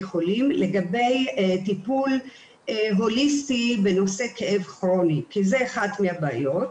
החולים לגבי טיפול הוליסטי בנושא כאב כרוני כי זו אחת מהבעיות,